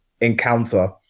encounter